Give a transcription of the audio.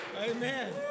Amen